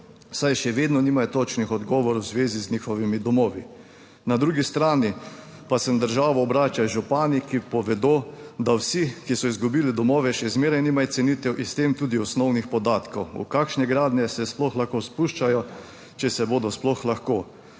saj še vedno nimajo točnih odgovorov v zvezi z njihovimi domovi. Na drugi strani pa se na državo obračajo župani, ki povedo, da vsi, ki so izgubili domove, še zmeraj nimajo cenitev in s tem tudi osnovnih podatkov, v kakšne gradnje se sploh lahko spuščajo - če se bodo sploh lahko.